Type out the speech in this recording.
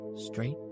straight